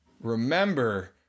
remember